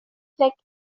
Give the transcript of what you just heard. click